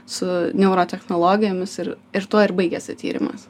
su neuro technologijomis ir ir tuo ir baigėsi tyrimas